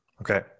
Okay